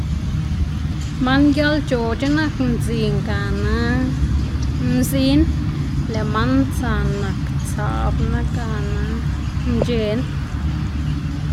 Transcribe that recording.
man ngiaꞌlc̲h̲oc̲h̲e nak mdzin gana mzin. Lëꞌ man ntsan nak tsaꞌbna gana mc̲h̲ena.